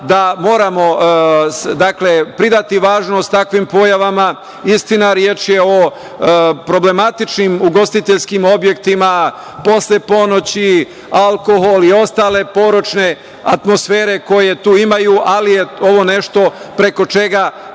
da moramo pridati važnost takvim pojavama. Istina, reč je o problematičnim ugostiteljskim objektima posle ponoći, alkohol i ostale poročne atmosfere koje tu imaju, ali je ovo nešto preko čega